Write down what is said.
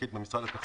הדברים.